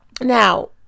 Now